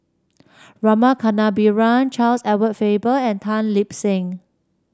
Rama Kannabiran Charles Edward Faber and Tan Lip Seng